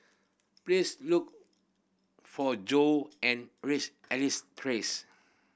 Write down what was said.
please look for Joe and reach Elias Terrace